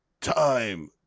time